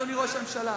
אדוני ראש הממשלה.